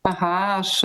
aha aš